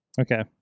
okay